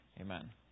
Amen